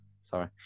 Sorry